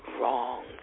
wrong